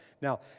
Now